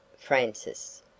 Francis